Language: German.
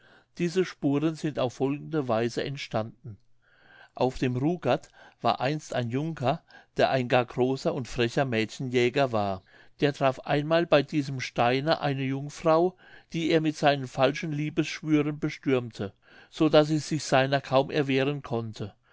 diese spuren sind auf folgende weise entstanden auf dem rugard war einst ein junker der ein gar großer und frecher mädchenjäger war der traf einmal bei diesem steine eine jungfrau die er mit seinen falschen liebesschwüren bestürmte so daß sie sich seiner kaum erwehren konnte